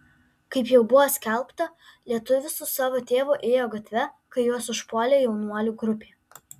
kaip jau buvo skelbta lietuvis su savo tėvu ėjo gatve kai juos užpuolė jaunuolių grupė